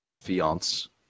fiance